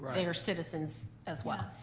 they are citizens as well.